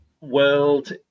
world